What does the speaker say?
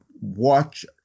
watch